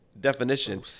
definition